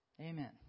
Amen